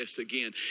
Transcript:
again